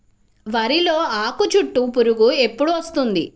వరిలో ఆకుచుట్టు పురుగు ఎప్పుడు వస్తుంది?